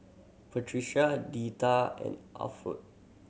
Patricia Deetta and Alford